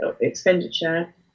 expenditure